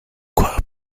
quoi